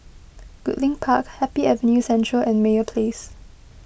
Goodlink Park Happy Avenue Central and Meyer Place